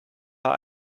doch